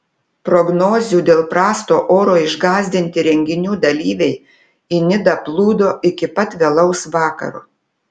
prognozių dėl prasto oro išgąsdinti renginių dalyviai į nidą plūdo iki pat vėlaus vakaro